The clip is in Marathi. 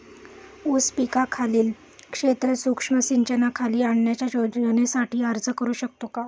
ऊस पिकाखालील क्षेत्र सूक्ष्म सिंचनाखाली आणण्याच्या योजनेसाठी अर्ज करू शकतो का?